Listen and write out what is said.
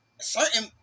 certain